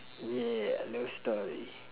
yeah love story